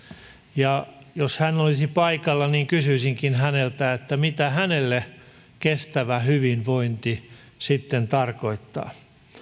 ja jos hän olisi paikalla niin kysyisinkin häneltä mitä hänelle kestävä hyvinvointi sitten tarkoittaa